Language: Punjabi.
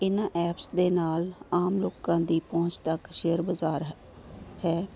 ਇਹਨਾਂ ਐਪਸ ਦੇ ਨਾਲ ਆਮ ਲੋਕਾਂ ਦੀ ਪਹੁੰਚ ਤੱਕ ਸ਼ੇਅਰ ਬਾਜ਼ਾਰ ਹੈ